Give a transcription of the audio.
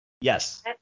Yes